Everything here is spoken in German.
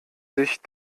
sich